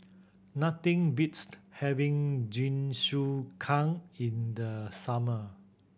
nothing beats having Jingisukan in the summer